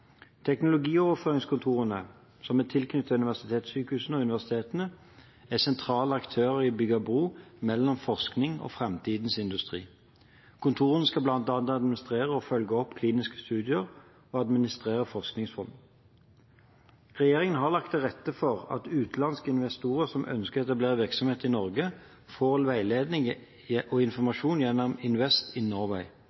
Teknologioverføringskontorene, som er tilknyttet universitetssykehusene og universitetene, er sentrale aktører i å bygge bro mellom forskning og framtidens industri. Kontorene skal bl.a. administrere og følge opp kliniske studier og administrere forskningsfond. Regjeringen har lagt til rette for at utenlandske investorer som ønsker å etablere virksomhet i Norge, får veiledning og